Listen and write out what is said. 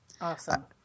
Awesome